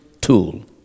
tool